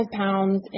pounds